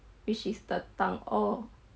which is the tang orh